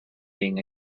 being